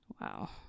Wow